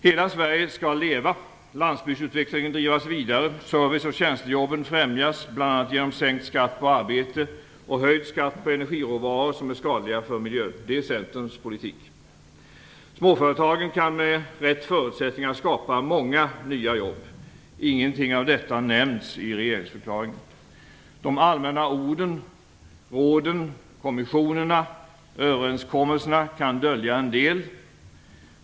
Hela Sverige skall leva. Landsbygdutvecklingen skall drivas vidare. Service och tjänstejobben främjas, bl.a. genom sänkt skatt på arbete och höjd skatt på energiråvaror som är skadliga för miljön. Det är Centerns politik. Småföretagen kan med rätt förutsättningar skapa många nya jobb. Ingenting av detta har nämnts i regeringsförklaringen. De allmänna orden, råden, kommissionerna och överenskommelserna kan dölja en del.